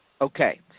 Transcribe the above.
Okay